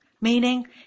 Meaning